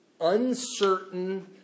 uncertain